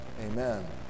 Amen